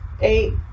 eight